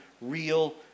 real